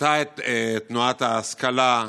הייתה את תנועת ההשכלה,